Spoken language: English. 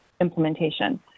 implementation